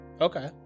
Okay